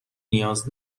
نیاز